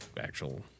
actual